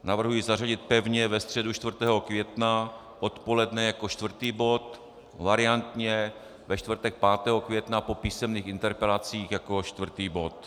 Navrhuji zařadit pevně ve středu 4. května odpoledne jako čtvrtý bod, variantně ve čtvrtek 5. května po písemných interpelacích jako čtvrtý bod.